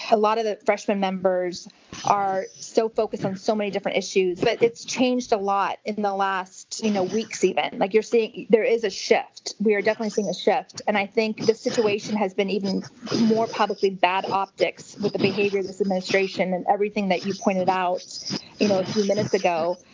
a lot of the freshman members are so focused on so many different issues, but it's changed a lot in the last weeks even. like you're saying, there is a shift. we are definitely seeing a shift. and i think this situation has been even more publicly bad optics with the behavior of this administration and everything that you pointed out know a few minutes ago,